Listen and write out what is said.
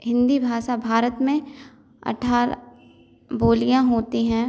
हिंदी भाषा भारत में अट्ठारह बोलियाँ होती हैं